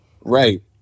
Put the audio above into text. right